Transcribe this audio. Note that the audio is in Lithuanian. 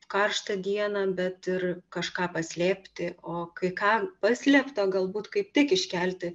karštą dieną bet ir kažką paslėpti o kai ką paslėpto galbūt kaip tik iškelti